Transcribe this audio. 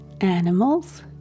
animals